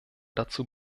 dazu